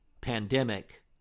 pandemic